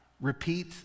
Repeat